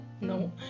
No